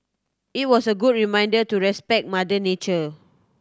it was a good reminder to respect mother nature